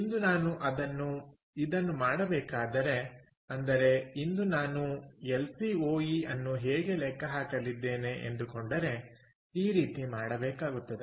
ಇಂದು ನಾನು ಇದನ್ನು ಮಾಡಬೇಕಾದರೆ ಅಂದರೆ ಇಂದು ನಾನು ಎಲ್ ಸಿ ಓ ಇ ಅನ್ನು ಹೇಗೆ ಲೆಕ್ಕ ಹಾಕಲಿದ್ದೇನೆ ಎಂದುಕೊಂಡರೆ ಈ ರೀತಿ ಮಾಡಬೇಕಾಗುತ್ತದೆ